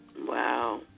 wow